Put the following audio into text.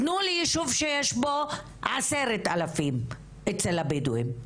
תנו לי ישוב שיש בו עשרת אלפים אצל הבדואים.